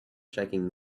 checking